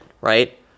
right